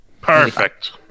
Perfect